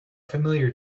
familiar